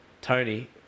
Tony